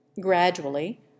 Gradually